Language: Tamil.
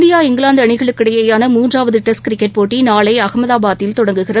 இந்தியா இங்கிலாந்துஅணிகளுக்கிடையிலான மூன்றாவதுடெஸ்ட் கிரிக்கெட் போட்டிநாளைஅகமதாபாதில் தொடங்குகிறது